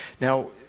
Now